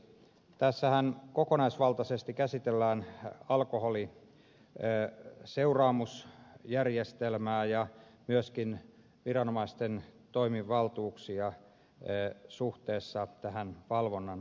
tässähän kokonaisvaltaisesti käsitellään alkoholiseuraamusjärjestelmää ja myöskin viranomaisten toimivaltuuksia suhteessa tähän valvonnan toteuttamiseen